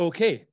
Okay